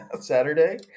Saturday